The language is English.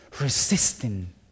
resisting